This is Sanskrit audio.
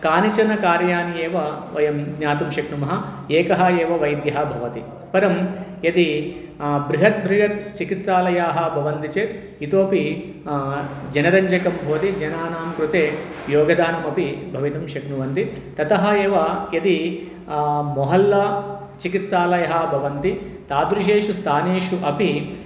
कानिचन कार्याणि एव वयं ज्ञातुं शक्नुमः एकः एव वैद्यः भवति परं यदि बृहत् बृहत् चिकित्सालयाः भवन्ति चेत् इतोऽपि जनरञ्जकं भवति जनानां कृते योगदानमपि भवितुं शक्नुवन्ति ततः एव यदि मोहल्ला चिकिस्सालयः भवन्ति तादृशेषु स्थानेषु अपि